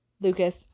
Lucas